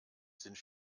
sind